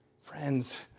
Friends